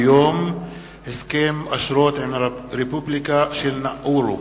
הסכם אשרות עם הרפובליקה של נאורו.